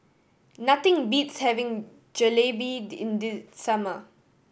nothing beats having Jalebi in the summer